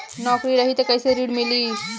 नौकरी रही त कैसे ऋण मिली?